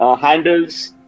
handles